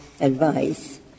advice